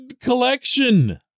collection